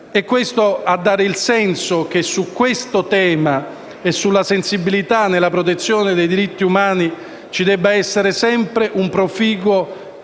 per dare il senso che su questo tema e sulla sensibilità nella protezione dei diritti umani ci debba essere sempre un proficuo